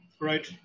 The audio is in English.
Right